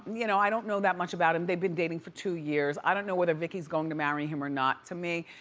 you know i don't know that much about him. they've been dating for two years. i don't know whether vicki's going to marry him or not. to me,